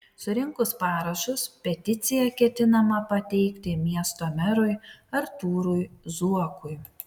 surinkus parašus peticiją ketinama pateikti miesto merui artūrui zuokui